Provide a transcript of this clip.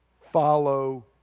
Follow